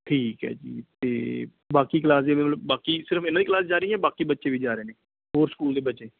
ਠੀਕ ਹੈ ਜੀ ਅਤੇ ਬਾਕੀ ਕਲਾਸ ਜਿਵੇਂ ਮਤਲਬ ਬਾਕੀ ਸਿਰਫ ਇਹਨਾਂ ਦੀ ਕਲਾਸ ਜਾ ਰਹੀ ਹੈ ਜਾਂ ਬਾਕੀ ਬੱਚੇ ਵੀ ਜਾ ਰਹੇ ਨੇ ਹੋਰ ਸਕੂਲ ਦੇ ਬੱਚੇ